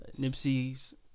Nipsey's